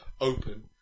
open